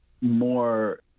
more